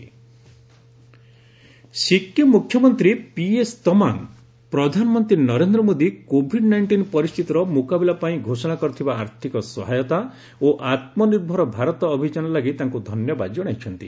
Sikkim CM PM Sikkim ମୁଖ୍ୟମନ୍ତ୍ରୀ PS Tamang ପ୍ରଧାନମନ୍ତ୍ରୀ Narendra Modi covid nineteen ପରିସ୍ଥିତିର ମୁକାବିଲା ପାଇଁ ଘୋଷଣା କରିଥିବା ଆର୍ଥିକ ସହାୟତା ଓ ଆତ୍ମନିର୍ଭର ଭାରତ ଅଭିଯାନ ଲାଗି ତାଙ୍କ ଧନ୍ୟବାଦ ଜଣାଇଛନ୍ତି